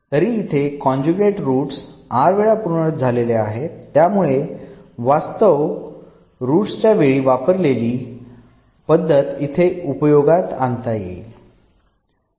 तरी इथे conjugate roots r वेळा पुनरावृत्तीत झालेले आहेत त्यामुळे वास्तव रोड च्या वेळी वापरलेली पद्धत इथे उपयोगात आणता येईल